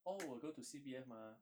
all will go to C_P_F mah